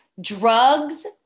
Drugs